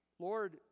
Lord